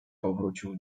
powrócił